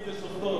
שופטים ושופטות.